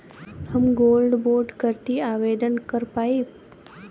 हम gold bond करती आवेदन कर पाईब?